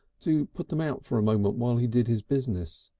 to put them out for a moment while he did his business.